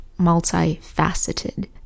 multifaceted